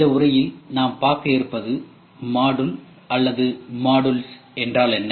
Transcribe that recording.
இந்த உரையில் நாம் பார்க்க இருப்பது மாடுல் அல்லது மாடுல்ஸ் என்றால் என்ன